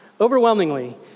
Overwhelmingly